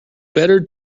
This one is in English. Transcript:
better